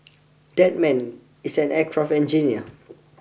that man is an aircraft engineer